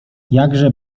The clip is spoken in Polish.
jakże